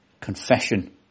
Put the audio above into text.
Confession